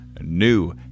new